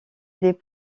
des